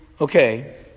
okay